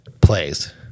plays